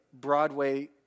Broadway